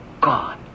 gone